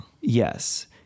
Yes